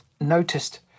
noticed